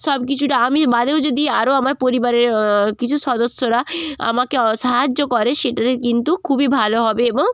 সব কিছুটা আমি বাদেও যদি আরও আমার পরিবারের কিছু সদস্যরা আমাকে অ সাহায্য করে সেটাতে কিন্তু খুবই ভালো হবে এবং